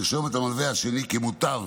לרשום את המלווה השני כמוטב